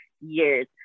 years